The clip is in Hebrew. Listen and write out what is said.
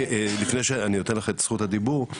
לפני שאני נותן לך את זכות הדיבור,